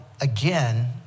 again